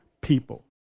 people